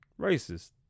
racist